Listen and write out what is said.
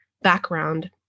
background